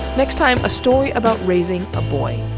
next time a story about raising a boy.